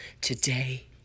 today